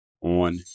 on